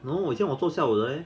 然后我这样我做下午的 leh